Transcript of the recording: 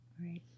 Right